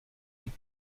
des